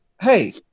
hey